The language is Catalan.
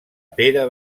pere